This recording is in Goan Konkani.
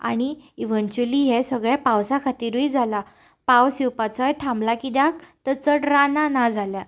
आनी इवेंच्युअली हें सगळें पावसा खातीरूय जालां पावस येवपाचोय थांबला कित्याक आतां चड रानां ना जाल्यांत